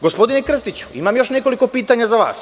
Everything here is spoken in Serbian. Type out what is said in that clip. Gospodine Krstiću, imam još nekoliko pitanja za vas.